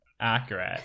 accurate